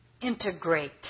Integrate